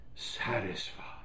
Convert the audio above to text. satisfied